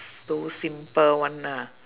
those simple one lah